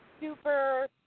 super